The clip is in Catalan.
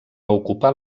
ocupar